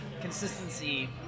consistency